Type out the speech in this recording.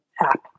app